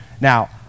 Now